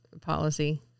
policy